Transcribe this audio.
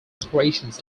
operations